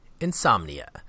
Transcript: Insomnia